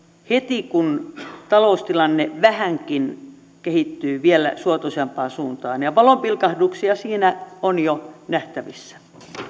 heti kun taloustilanne vähänkin kehittyy vielä suotuisampaan suuntaan ja valon pilkahduksia siinä on jo nähtävissä